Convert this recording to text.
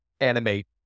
animate